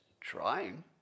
trying